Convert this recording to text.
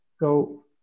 Go